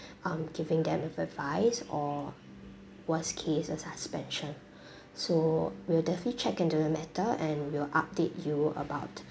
um giving them an advice or worst case a suspension so we'll definitely check into the matter and we'll update you about